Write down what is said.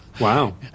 Wow